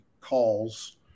calls